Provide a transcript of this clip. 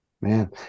Man